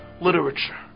literature